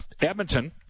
Edmonton